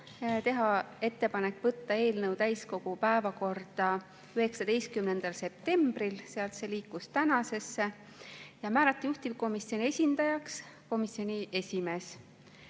Tehti ettepanek võtta eelnõu täiskogu päevakorda 19. septembril, sealt see liikus tänasesse, ja määrata juhtivkomisjoni esindajaks komisjoni esimees,